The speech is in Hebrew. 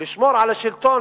לשמור על השלטון